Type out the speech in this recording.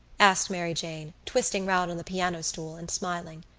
asked mary jane, twisting round on the piano-stool and smiling.